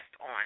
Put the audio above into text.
on